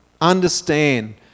understand